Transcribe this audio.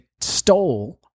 stole